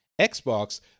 Xbox